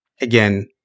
Again